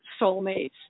soulmates